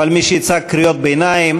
אבל מי שיצעק קריאות ביניים,